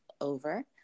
over